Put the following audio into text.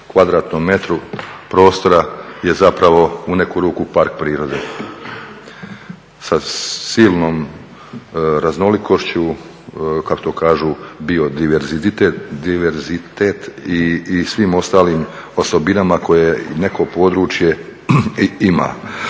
kvadratnom metru prostora je zapravo u neku ruku park prirode sa silnom raznolikošću kako to kažu biodiverzitet i svim ostalim osobinama koje neko područje ima.